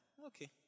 Okay